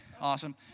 Awesome